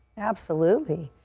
absolutely.